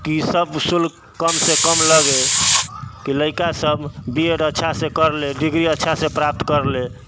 कि सब शुल्क कमसँ कम लगै कि लइकासब बी एड अच्छासँ करि लै डिग्री अच्छासँ प्राप्त करि लै